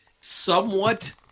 somewhat